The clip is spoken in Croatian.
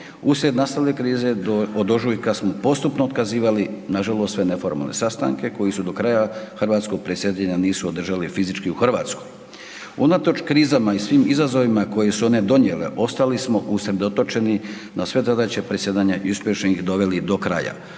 Uslijed nastale krize od ožujka smo postupno otkazivali nažalost se neformalne sastanke koji su do kraja hrvatskog predsjedanja nisu održali fizički u Hrvatskoj. Unatoč krizama i svim izazovima koje su one donijele ostali smo usredotočeni na sve zadaće predsjedanja i uspješno ih doveli do kraja.